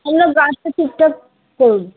আমরা ঠিকঠাক করি